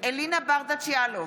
אלינה ברדץ' יאלוב,